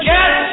Yes